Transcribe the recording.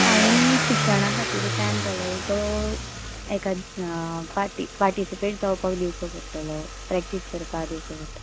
हांवें शिक्षणा खातीर टायम काडलेलो तो एका पार्टी पार्टिसिपेट जावपाक दिवचो पडटलो प्रॅक्टीस करपाक दिवचो पडटलो